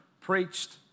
preached